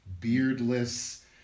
beardless